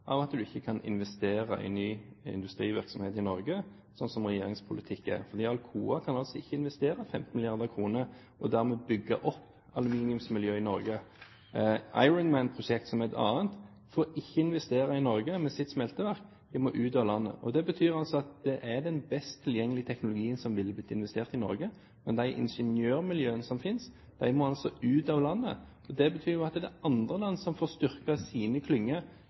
av at en ikke kan investere i ny industrivirksomhet i Norge, slik som regjeringens politikk er? Alcoa kan altså ikke investere 15 mrd. kr og dermed bygge opp aluminiumsmiljøet i Norge. Ironman-prosjektet, som er et annet, får ikke investere i Norge med sitt smelteverk, de må ut av landet. Det betyr at det er den best tilgjengelige teknologien som ville blitt investert i Norge, men ingeniørmiljøene som finnes, må ut av landet. Det betyr at det er andre land som får styrket sine